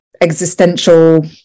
existential